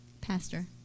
pastor